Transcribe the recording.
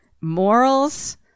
morals